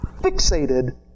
fixated